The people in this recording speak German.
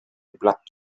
blatt